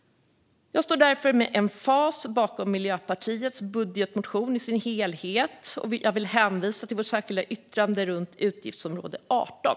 Jag står därför med emfas bakom Miljöpartiets budgetmotion i dess helhet. Jag vill hänvisa till vårt särskilda yttrande om utgiftsområde 18.